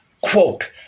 Quote